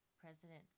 President